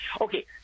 okay